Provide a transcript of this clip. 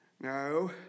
No